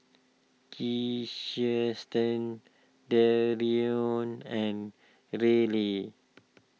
Kiersten Dereon and Ryley